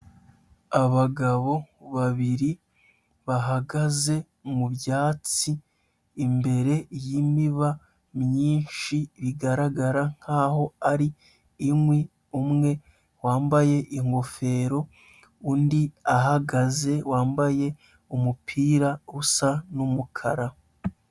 Abagabo babiri bahagaze mu byatsi, imbere y'imiba myinshi bigaragara nkaho ari inkwi, umwe wambaye ingofero, undi ahagaze wambaye umupira usa n'umukara.